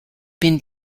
been